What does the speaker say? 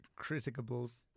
criticables